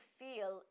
feel